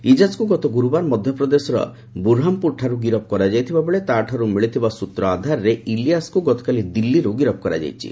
ଇଜାକ୍କୁ ଗତ ଗୁରୁବାର ମଧ୍ୟପ୍ରଦେଶର ବୁରହାମ୍ପୁରଠାରୁ ଗିରଫ୍ କରାଯାଇଥିଲା ବେଳେ ତାଠାରୁ ମିଳିଥିବା ସ୍ୱତ୍ର ଆଧାରରେ ଇଲିଆସ୍କୁ ଗତକାଲି ଦିଲ୍ଲୀରୁ ଗିରଫ୍ କରାଯାଇଛି